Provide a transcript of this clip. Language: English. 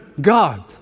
God